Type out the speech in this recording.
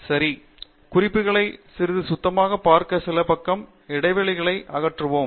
சரி குறிப்புகளை சிறிது சுத்தமாக பார்க்க சில பக்கம் இடைவெளிகளை அகற்றுவோம்